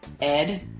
Ed